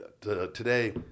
today